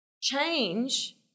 change